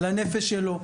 על הנפש שלו,